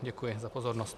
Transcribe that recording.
Děkuji za pozornost.